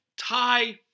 tie